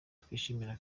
twishimira